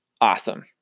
awesome